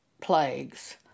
plagues